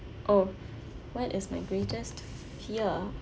oh what is my greatest fear